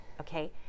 okay